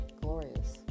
glorious